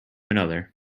another